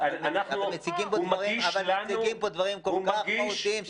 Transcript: אבל מציגים פה דברים כל כך מהותיים.